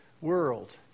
world